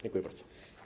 Dziękuję bardzo.